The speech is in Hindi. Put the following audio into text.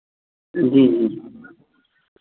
जी जी